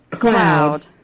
cloud